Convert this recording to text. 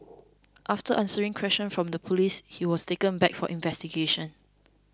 after answering questions from the police he was taken back for investigations